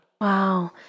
Wow